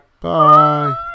bye